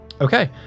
Okay